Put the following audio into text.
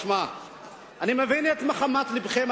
אני מבין את נהמת לבכם,